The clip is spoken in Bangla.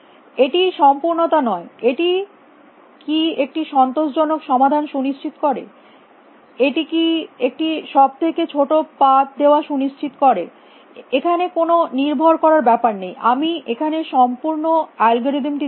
এটি সম্পূর্ণতা নয় এটি কী একটি সন্তোষজনক সমাধান সুনিশ্চিত করে এটি কী একটি সব থেকে ছোটো পাথ দেওয়া সুনিশ্চিত করে এখানে কোনো নির্ভর করার ব্যাপার নেই আমি এখানে সম্পূর্ণ অ্যালগরিদমটি দিয়েছি